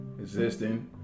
existing